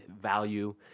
value